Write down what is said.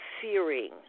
fearing